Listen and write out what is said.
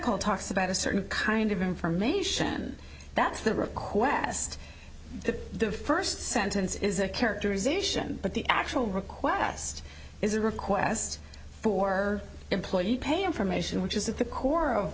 call talks about a certain kind of information that's the request to the first sentence is a characterization but the actual request is a request for employee pay information which is at the core of